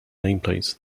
nameplates